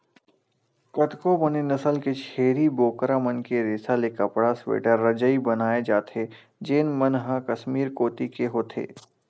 कतको बने नसल के छेरी बोकरा मन के रेसा ले कपड़ा, स्वेटर, रजई बनाए जाथे जेन मन ह कस्मीर कोती के होथे